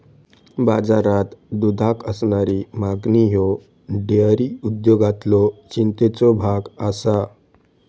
बाजारात दुधाक असणारी मागणी ह्यो डेअरी उद्योगातलो चिंतेचो भाग आसा